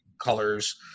colors